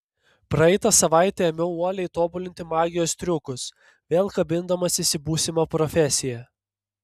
praeitą savaitę ėmiau uoliai tobulinti magijos triukus vėl kabindamasis į būsimą profesiją